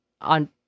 on